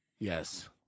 yes